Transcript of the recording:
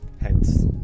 Hence